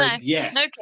Yes